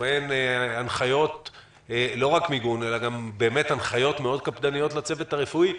שבהן הנחיות לא רק מיגון אלא גם הנחיות מאוד קפדניות לצוות הרפואי.